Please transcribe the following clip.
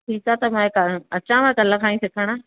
ठीकु आहे त मां हे कल्ह अचांव कल्ह खां ई सिखण